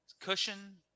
cushion